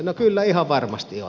no kyllä ihan varmasti on